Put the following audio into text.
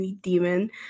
demon